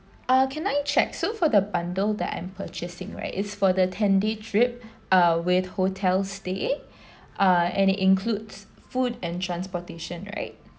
uh can I check so for the bundle that I'm purchasing right it's for the tandy trip uh with hotels stay uh and includes food and transportation right